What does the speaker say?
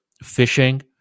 fishing